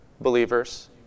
believers